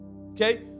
okay